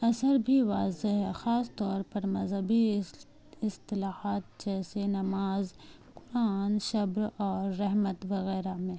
اثر بھی واضح ہے خاص طور پر مذہبی اصطلاحات جیسے نماز قرآن شبر اور رحمت وغیرہ میں